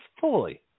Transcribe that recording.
fully